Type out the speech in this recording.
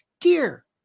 Dear